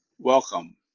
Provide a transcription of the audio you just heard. Welcome